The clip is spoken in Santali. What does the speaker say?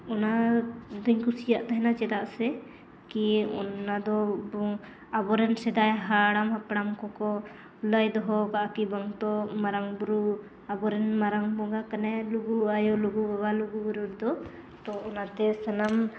ᱚᱱᱟᱫᱚᱧ ᱠᱩᱥᱤᱭᱟᱜ ᱛᱟᱦᱮᱱᱟ ᱪᱮᱫᱟᱜ ᱥᱮ ᱠᱤ ᱚᱱᱟ ᱫᱚ ᱵᱚᱱ ᱟᱵᱚᱨᱮᱱ ᱥᱮᱫᱟᱭ ᱦᱟᱲᱟᱢᱼᱦᱟᱯᱲᱟᱢ ᱠᱚᱠᱚ ᱞᱟᱹᱭ ᱫᱚᱦᱚ ᱟᱠᱟᱜᱼᱟ ᱠᱤ ᱵᱟᱝ ᱛᱚ ᱢᱟᱨᱟᱝ ᱵᱩᱨᱩ ᱟᱵᱚᱨᱮᱱ ᱢᱟᱨᱟᱝ ᱵᱚᱸᱜᱟ ᱠᱟᱱᱟᱭ ᱞᱩᱜᱩ ᱟᱭᱳ ᱞᱩᱜᱩ ᱵᱟᱵᱟ ᱞᱩᱜᱩᱼᱵᱩᱨᱩ ᱨᱮᱫᱚ ᱛᱚ ᱚᱱᱟᱛᱮ ᱥᱟᱱᱟᱢ